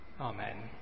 Amen